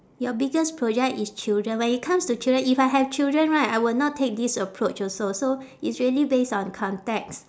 your biggest project is children when it comes to children if I have children right I will not take this approach also so it's really based on context